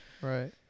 right